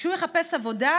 כשהוא יחפש עבודה,